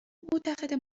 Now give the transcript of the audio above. معتقده